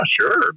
sure